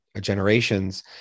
generations